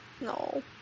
No